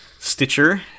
Stitcher